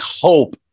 hope